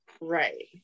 right